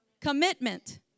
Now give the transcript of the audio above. Commitment